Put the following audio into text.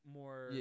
more